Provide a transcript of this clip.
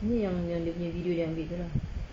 ini yang yang dia punya video yang ambil tu lah